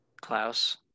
Klaus